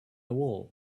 will